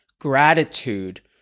gratitude